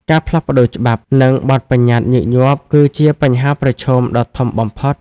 ការផ្លាស់ប្តូរច្បាប់ និងបទប្បញ្ញត្តិញឹកញាប់ គឺជាបញ្ហាប្រឈមដ៏ធំបំផុត។